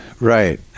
right